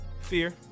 Fear